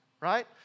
right